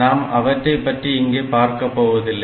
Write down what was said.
நாம் அவற்றைப் பற்றி இங்கே பார்க்கப் போவதில்லை